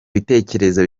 bitekerezo